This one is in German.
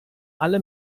alle